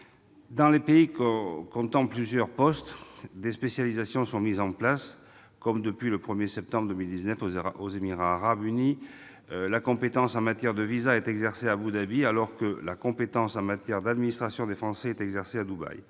Dans les pays comptant plusieurs postes, des spécialisations sont mises en place, comme depuis le 1 septembre 2019 aux Émirats arabes unis : la compétence en matière de visas est exercée à Abou Dhabi, alors que celle en matière d'administration des Français est du ressort de Dubaï.